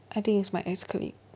I think is my ex-colleague